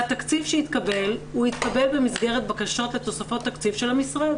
והתקציב שהתקבל הוא התקבל במסגרת בקשות לתוספות תקציב של המשרד.